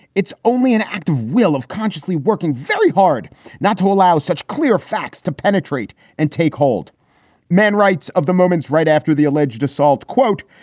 it's only an act of will of consciously working very hard not to allow such clear facts to penetrate and take hold men rights of the moments right after the alleged assault. quote,